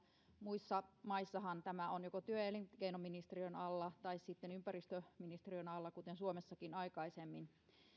muissa maissahan tämä on joko työ ja elinkeinoministeriön alla tai sitten ympäristöministeriön alla kuten suomessakin aikaisemmin